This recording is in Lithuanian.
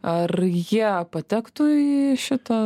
ar jie patektų į šitą